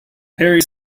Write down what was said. harry